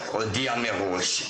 ושום דבר לא